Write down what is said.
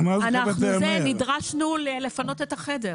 נדרשנו לפנות את החדר.